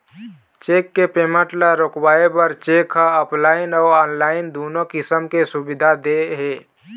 cheque के payment ल रोकवाए बर बेंक ह ऑफलाइन अउ ऑनलाईन दुनो किसम के सुबिधा दे हे